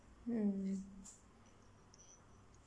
mm